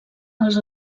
els